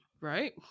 right